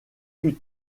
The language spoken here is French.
plus